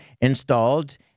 installed